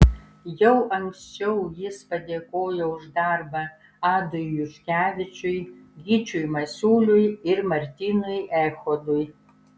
jau anksčiau jis padėkojo už darbą adui juškevičiui gyčiui masiuliui ir martynui echodui